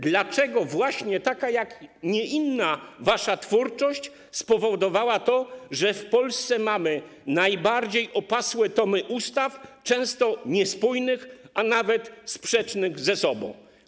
Dlaczego właśnie taka a nie inna wasza twórczość spowodowała to, że w Polsce mamy najbardziej opasłe tomy ustaw, często niespójnych, a nawet sprzecznych ze sobą?